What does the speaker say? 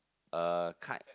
uh cut